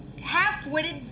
half-witted